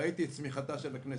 ראיתי את צמיחתה של הכנסת.